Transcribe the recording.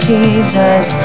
Jesus